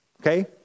Okay